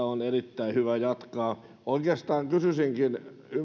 on erittäin hyvä jatkaa oikeastaan kysyisinkin